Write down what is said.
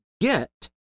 get